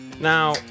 Now